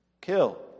kill